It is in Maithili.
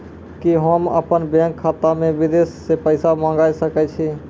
कि होम अपन बैंक खाता मे विदेश से पैसा मंगाय सकै छी?